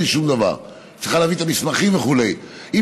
בלי שום דבר,